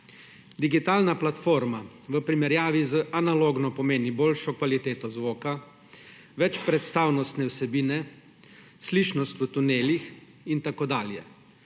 Digitalna platforma v primerjavi z analogno pomeni boljšo kvaliteto zvoka, večpredstavnostne vsebine, slišnost v tunelih in tako dalje.